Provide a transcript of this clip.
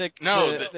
No